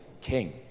King